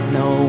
no